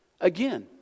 again